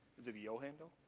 a yo handle?